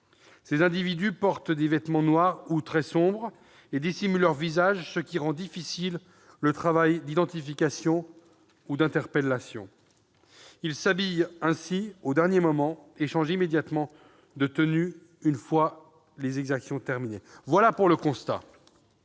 Ces individus portent des vêtements noirs ou très sombres, et dissimulent leur visage, ce qui rend difficile le travail d'identification et d'interpellation. Ils s'habillent ainsi au dernier moment et changent immédiatement de tenue une fois les exactions terminées. Voilà pour le constat.